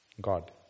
God